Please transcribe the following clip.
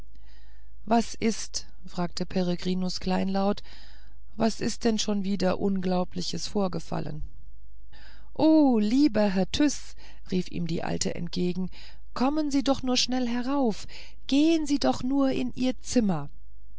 was ist fragte peregrinus kleinlaut was ist denn schon wieder unglaubliches vorgefallen o lieber herr tyß rief ihm die alte entgegen kommen sie doch nur schnell herauf gehen sie doch nur in ihr zimmer